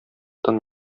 тын